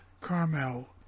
Carmel